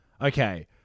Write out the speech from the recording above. okay